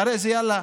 אחרי זה, יאללה,